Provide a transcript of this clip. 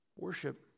Worship